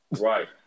Right